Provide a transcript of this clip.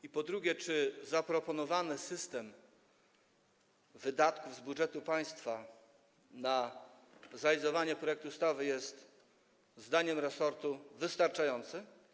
I po drugie, czy zaproponowany system wydatków z budżetu państwa na zrealizowanie projektu ustawy jest zdaniem resortu wystarczający?